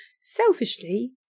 selfishly